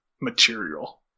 material